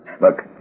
Look